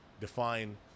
define